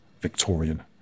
Victorian